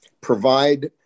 provide